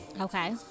Okay